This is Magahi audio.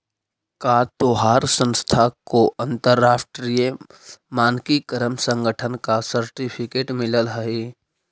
का तोहार संस्था को अंतरराष्ट्रीय मानकीकरण संगठन का सर्टिफिकेट मिलल हई